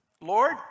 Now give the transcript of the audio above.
Lord